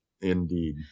Indeed